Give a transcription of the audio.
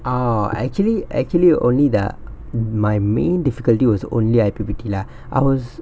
ah actually actually only the my main difficulty was only I_P_P_T lah I was